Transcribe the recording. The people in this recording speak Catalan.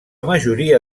majoria